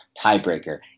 tiebreaker